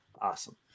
Awesome